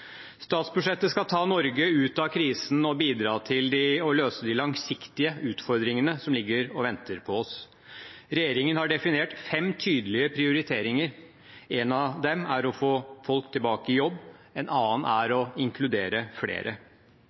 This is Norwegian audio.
Statsbudsjettet skal ta Norge ut av krisen og bidra til å løse de langsiktige utfordringene som ligger og venter på oss. Regjeringen har definert fem tydelige prioriteringer. En av dem er å få folk tilbake i jobb; en annen er å inkludere flere.